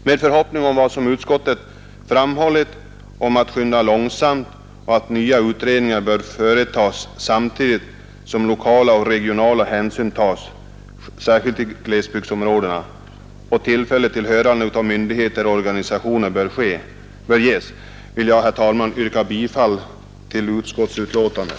Med instämmande i vad utskottet har framhållit om att skynda långsamt och att nya utredningar bör företas samtidigt som lokala och regionala hänsyn bör tagas, särskilt i glesbygdsområdena, samt tillfälle till hörande av myndigheter och organisationer bör ges, vill jag, herr talman, yrka bifall till utskottsbetänkandet.